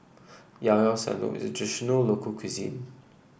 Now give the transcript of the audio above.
Llao Llao Sanum is a traditional local cuisine